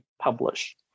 publish